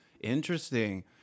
interesting